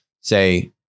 say